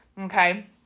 Okay